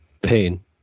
Pain